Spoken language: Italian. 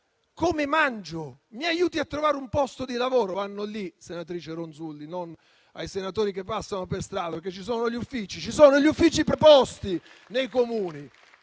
Come mangio? Mi aiuti a trovare un posto di lavoro? Vanno lì, senatrice Ronzulli, non dai senatori che passano per strada, perché ci sono gli uffici preposti nei Comuni.